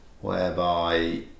Whereby